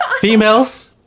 Females